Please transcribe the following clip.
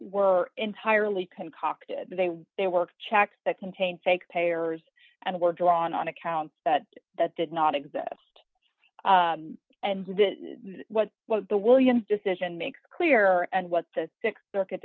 were entirely concocted they were they work checked that contain fake payers and were drawn on accounts that that did not exist and what was the williams decision make clear and what the th circuit